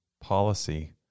policy